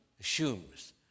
assumes